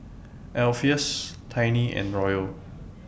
Alpheus Tiny and Royal